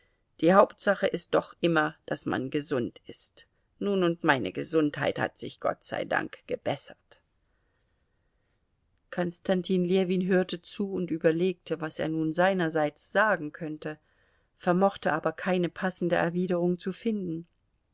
die hauptsache ist doch immer daß man gesund ist nun und meine gesundheit hat sich gott sei dank gebessert konstantin ljewin hörte zu und überlegte was er nun seinerseits sagen könnte vermochte aber keine passende erwiderung zu finden